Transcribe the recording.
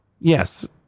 Yes